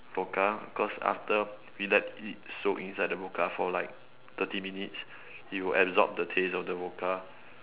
vodka cause after we let it soak inside the vodka for like thirty minutes it will absorb the taste of the vodka